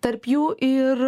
tarp jų ir